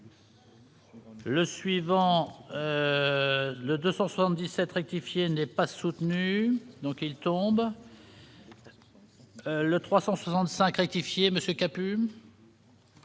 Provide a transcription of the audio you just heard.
Le suivant le 277 rectifier n'est pas soutenu, donc il tombe le 365 rectifier monsieur